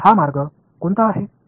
எனவே x 1 y 1